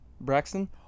Braxton